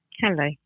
Hello